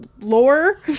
lore